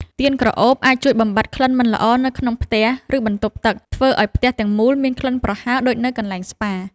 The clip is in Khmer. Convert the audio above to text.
ទៀនក្រអូបអាចជួយបំបាត់ក្លិនមិនល្អនៅក្នុងផ្ទះបាយ ឬបន្ទប់ទឹក ធ្វើឱ្យផ្ទះទាំងមូលមានក្លិនប្រហើរដូចនៅកន្លែងស្ប៉ា។